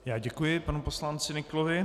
Já děkuji panu poslanci Nyklovi.